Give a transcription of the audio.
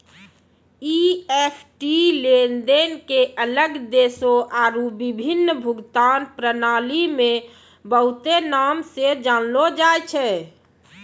EFT लेनदेन के अलग देशो आरु विभिन्न भुगतान प्रणाली मे बहुते नाम से जानलो जाय छै